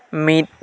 ᱢᱤᱫ